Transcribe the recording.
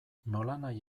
nolanahi